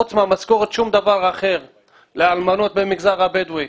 חוץ מהמשכורת לאלמנות במגזר הבדואי.